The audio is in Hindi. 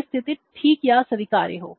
स्थिति ठीक या स्वीकार्य हो